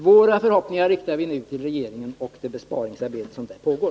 Våra förhoppningar ställer vi nu till regeringen med tanke på det besparingsarbete som där pågår.